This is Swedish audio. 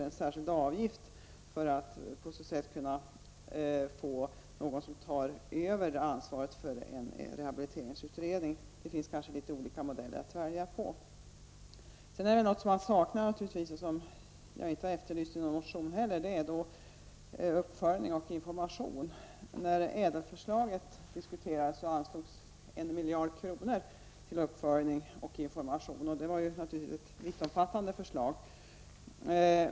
På så sätt skulle någon kunna ta över ansvaret för en rehabiliteringsutredning. Det finns kanske olika modeller att välja på. Vad som saknas och som inte har efterlysts i någon motion är uppföljning och information. När ÄDEL-förslaget diskuterades anslogs 1 miljard kronor för uppföljning och information. Det var naturligtvis ett vittomfattande förslag.